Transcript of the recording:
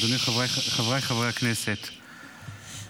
חבריי חברי הכנסת,